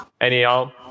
Anyhow